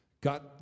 God